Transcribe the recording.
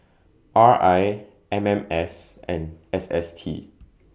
R I M M S and S S T